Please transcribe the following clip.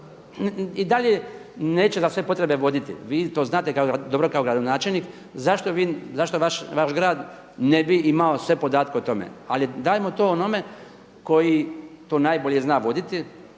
i dalje neće za svoje potrebe voditi. Vi to znate dobro kao gradonačelnik zašto vaš grad ne bi imao sve podatke o tome, ali dajmo to onome koji to najbolje zna voditi.